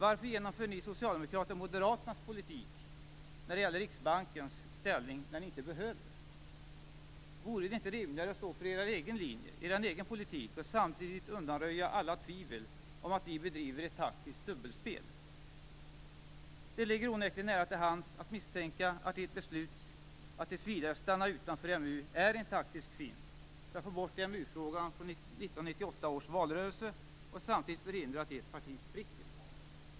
Varför genomför ni socialdemokrater Moderaternas politik vad gäller Riksbankens ställning när ni inte behöver göra det? Vore det inte rimligare att stå för den egna linjen, den egna politiken, och att samtidigt undanröja alla tvivel om att ni bedriver ett taktiskt dubbelspel? Det ligger onekligen nära till hands att misstänka att ert beslut att tills vidare stanna utanför EMU är en taktisk fint för att få bort EMU-frågan från 1998 års valrörelse och att samtidigt förhindra att ert parti spricker.